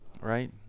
Right